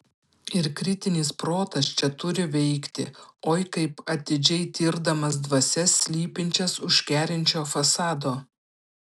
ir kritinis protas čia turi veikti oi kaip atidžiai tirdamas dvasias slypinčias už kerinčio fasado